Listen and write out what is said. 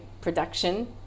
production